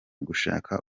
gushaka